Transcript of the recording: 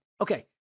Okay